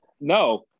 No